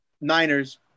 Niners